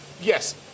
yes